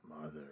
mother